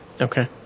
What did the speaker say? Okay